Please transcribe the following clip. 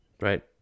right